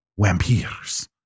Wampirs